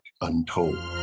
Untold